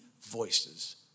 voices